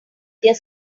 their